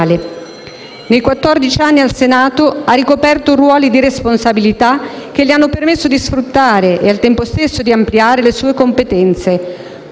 grazie